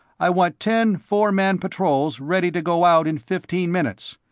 i want ten four-man patrols ready to go out in fifteen minutes.